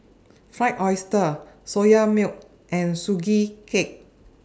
Fried Oyster Soya Milk and Sugee Cake